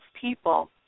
people